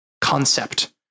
concept